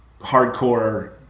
hardcore